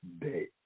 day